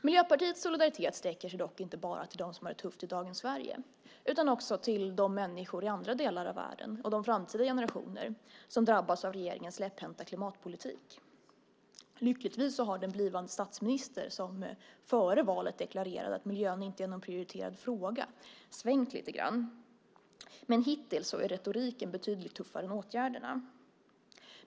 Miljöpartiets solidaritet sträcker sig dock inte bara till dem som har det tufft i dagens Sverige, utan också till de människor i andra delar av världen och de framtida generationer som drabbas av regeringens släpphänta klimatpolitik. Lyckligtvis har den blivande statsminister som före valet deklarerade att miljön inte är någon prioriterad fråga svängt lite grann, men hittills är retoriken betydligt tuffare än åtgärderna.